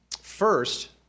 First